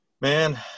Man